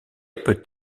peut